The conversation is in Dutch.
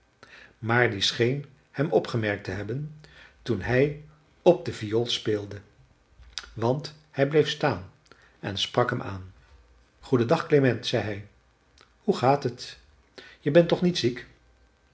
maar die scheen hem opgemerkt te hebben toen hij op de viool speelde want hij bleef staan en sprak hem aan goeden dag klement zei hij hoe gaat het je bent toch niet ziek